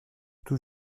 tout